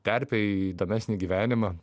terpė į įdomesnį gyvenimą